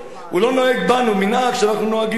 הוא לא נוהג בנו מנהג שאנחנו נוהגים בו.